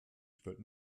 stellt